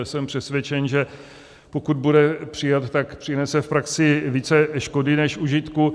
Jsem přesvědčen, že pokud bude přijat, tak přinese v praxi více škody než užitku.